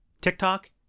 TikTok